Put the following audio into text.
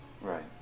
Right